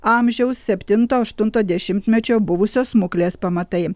amžiaus septinto aštunto dešimtmečio buvusios smuklės pamatai